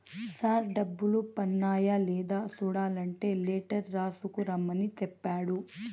sir డబ్బులు పన్నాయ లేదా సూడలంటే లెటర్ రాసుకు రమ్మని సెప్పాడు